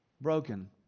broken